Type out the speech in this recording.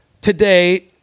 today